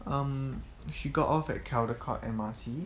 um she got off at caldecott M_R_T